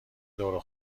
دور